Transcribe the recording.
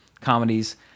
comedies